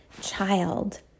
child